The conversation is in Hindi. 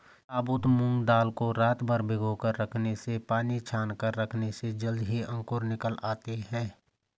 साबुत मूंग दाल को रातभर भिगोकर रखने से पानी छानकर रखने से जल्दी ही अंकुर निकल आते है